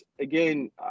again